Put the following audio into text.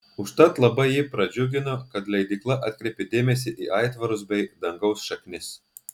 užtat labai jį pradžiugino kad leidykla atkreipė dėmesį į aitvarus bei dangaus šaknis